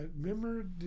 Remember